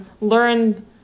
learn